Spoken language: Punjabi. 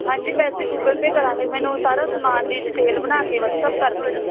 ਹਾਂਜੀ ਪੈਸੇ ਗੂਗਲ ਪੇ ਕਰਾਂਗੇ ਮੈਨੂੰ ਸਾਰਾ ਸਮਾਨ ਦੀ ਡਿਟੇਲ ਬਣਾ ਕੇ ਵਟਸਐਪ ਕਰ ਦਿਓ